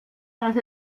dass